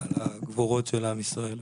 על הגבורות של עם ישראל,